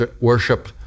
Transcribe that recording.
Worship